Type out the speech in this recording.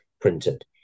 printed